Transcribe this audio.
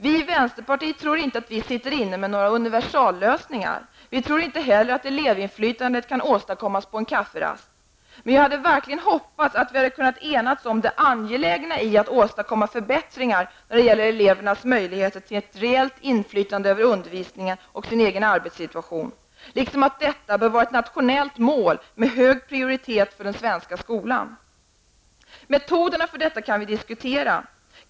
Vi i vänsterpartiet tror inte att vi sitter inne med några universallösningar eller att elevinflytandet kan åstadkommas på en kafferast. Men jag hade verkligen hoppats att vi hade kunnat enas om det angelägna i att åstadkomma förbättringar när det gäller elevernas möjligheter till reellt inflytande över undervisningen och över sin egen arbetssituation, liksom att detta bör vara ett nationellt mål med hög prioritet för den svenska skolan. Metoderna att genomföra detta kan vi diskutera.